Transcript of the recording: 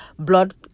blood